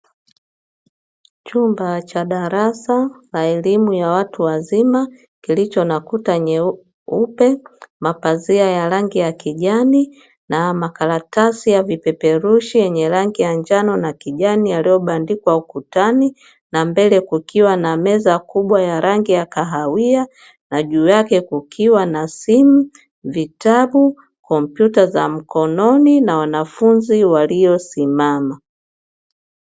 Chumba cha darasa ya elimu ya watu wazima kilicho na kuta nyeupe mapazia ya rangi ya kijani, na makaratasi ya vipeperushi yenye rangi ya njano na kijani, yaliyobandikwa ukutani, na mbele kukiwa na meza kubwa ya rangi ya kahawia na juu yake kukiwa na simu, vitabu, kompyuta za mkononi na wanafunzi waliosimama.